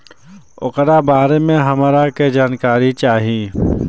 ओकरा बारे मे हमरा के जानकारी चाही?